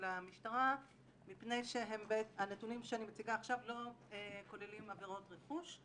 המשטרה מפני שהנתונים שאני מציגה עכשיו לא כוללים עבירות רכוש.